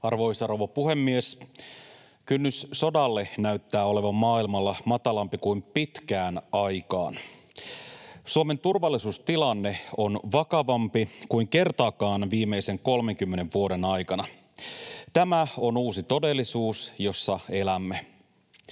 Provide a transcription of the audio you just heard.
Arvoisa rouva puhemies! Kynnys sodalle näyttää olevan maailmalla matalampi kuin pitkään aikaan. Suomen turvallisuustilanne on vakavampi kuin kertaakaan viimeisen 30 vuoden aikana. Tämä on uusi todellisuus, jossa elämme.